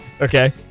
Okay